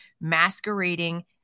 masquerading